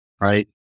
right